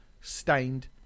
Stained